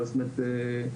אבל אם